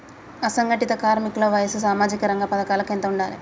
అసంఘటిత కార్మికుల వయసు సామాజిక రంగ పథకాలకు ఎంత ఉండాలే?